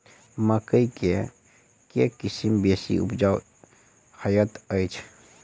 मकई केँ के किसिम बेसी उपजाउ हएत अछि?